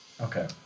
Okay